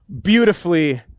beautifully